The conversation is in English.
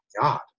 God